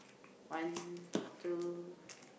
one two